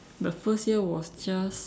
the first year was just